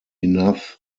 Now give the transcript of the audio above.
enough